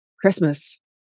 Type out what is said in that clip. Christmas